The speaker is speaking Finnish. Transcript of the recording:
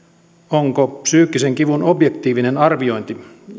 onko psyykkisen kivun objektiivinen arviointi